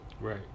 Right